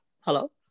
Hello